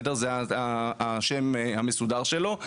זה השם המסודר שלו,